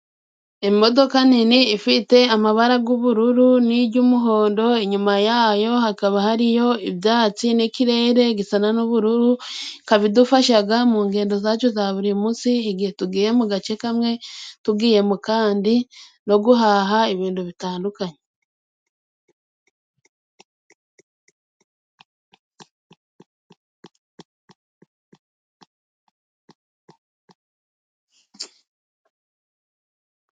Imodoka nini ifite amabara g'ubururu， n'iry'umuhondo，inyuma yayo hakaba hariyo ibyatsi n'ikirere gisa n'ubururu， ikabidufashaga mu ngendo zacu za buri munsi， igihe tugiye mu gace kamwe tugiye mu kandi no guhaha ibintu bitandukanye.